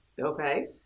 Okay